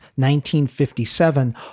1957